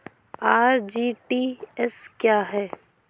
RTGS क्या है?